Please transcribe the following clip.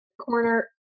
corner